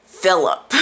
Philip